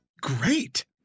great